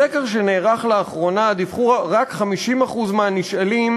בסקר שנערך לאחרונה דיווחו רק 50% מהנשאלים